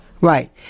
right